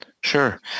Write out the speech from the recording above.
Sure